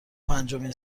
پنجمین